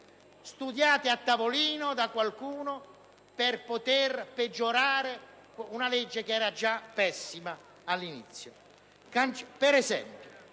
studiate a tavolino da qualcuno per poter peggiorare una legge che era già pessima all'inizio.